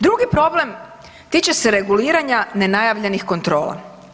Drugi problem tiče se reguliranja nenajavljenih kontrola.